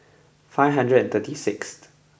five hundred and thirty sixth